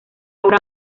obra